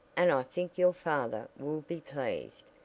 and i think your father will be pleased.